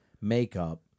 makeup